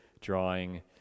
drawing